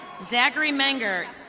zachary mangert.